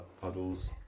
puddles